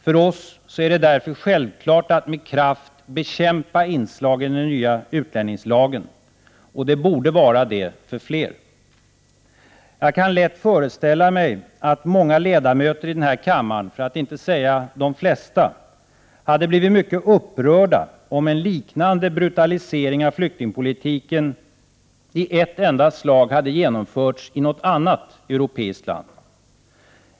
För oss är det därför självklart att med kraft bekämpa den nya utlänningslagen. Det borde vara det för fler. Jag kan lätt föreställa mig att många ledamöter i denna kammare, för att inte säga de flesta, hade blivit mycket upprörda om en liknande brutalisering av flyktingpolitiken i ett enda slag hade genomförts i något annat europeiskt land.